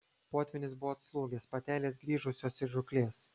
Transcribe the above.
potvynis buvo atslūgęs patelės grįžusios iš žūklės